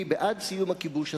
אני בעד סיום הכיבוש הזה.